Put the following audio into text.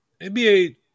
NBA